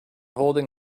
holding